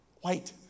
white